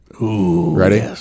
Ready